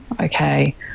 okay